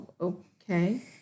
Okay